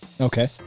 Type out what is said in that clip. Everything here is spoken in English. Okay